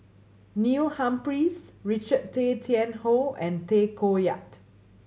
Neil Humphreys Richard Tay Tian Hoe and Tay Koh Yat